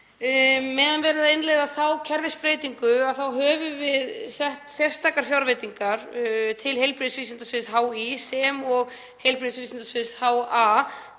Meðan verið er að innleiða þá kerfisbreytingu höfum við sett sérstakar fjárveitingar til heilbrigðisvísindasviðs HÍ sem og heilbrigðisvísindasviðs HA